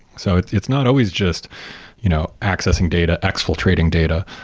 so it's it's not always just you know accessing data, exfiltrating data.